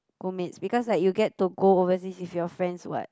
school mates because like you get to go overseas with your friends what